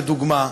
לדוגמה,